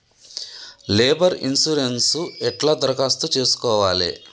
Labour insurance ఎట్ల దరఖాస్తు చేసుకోవాలే?